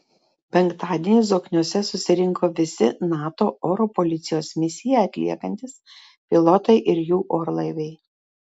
penktadienį zokniuose susirinko visi nato oro policijos misiją atliekantys pilotai ir jų orlaiviai